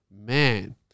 Man